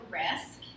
risk